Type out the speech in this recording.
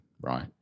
Right